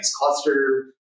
cluster